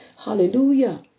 Hallelujah